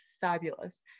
fabulous